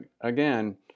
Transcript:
Again